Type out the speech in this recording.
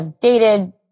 dated